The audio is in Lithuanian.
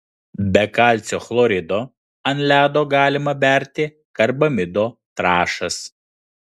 be kalcio chlorido ant ledo galima berti karbamido trąšas